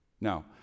Now